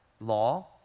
law